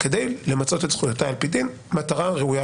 כדי למצות את זכויותיי על-פי דין מטרה ראויה,